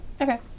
Okay